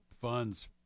funds